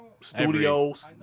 studios